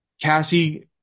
Cassie